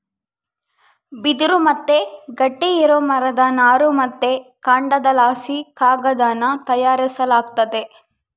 ಬಿದಿರು ಮತ್ತೆ ಗಟ್ಟಿ ಇರೋ ಮರದ ನಾರು ಮತ್ತೆ ಕಾಂಡದಲಾಸಿ ಕಾಗದಾನ ತಯಾರಿಸಲಾಗ್ತತೆ